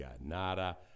nada